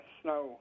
snow